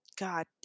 God